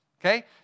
Okay